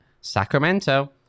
sacramento